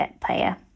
player